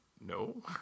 no